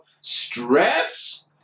stress